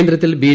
കേന്ദ്രത്തിൽ ബി